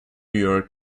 york